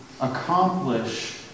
accomplish